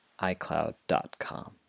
icloud.com